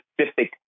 specific